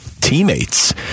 teammates